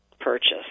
purchase